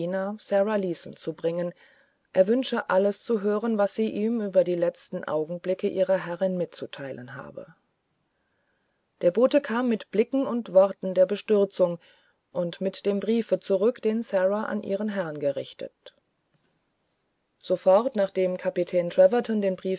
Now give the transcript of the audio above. vierstundenspäterbefahlkapitäntrevertoneinemdiener saraleesonzusagen er wünsche alles zu hören was sie ihm über die letzten augenblicke ihrer herrin mitzuteilenhabe der bote kam mit blicken und worten der bestürzung und mit dem briefe zurück densaraanihrenherrngerichtet sofort nachdem kapitän